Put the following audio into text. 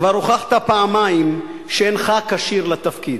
כבר הוכחת פעמיים שאינך כשיר לתפקיד.